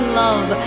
love